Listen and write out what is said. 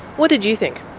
what did you think?